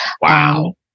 Wow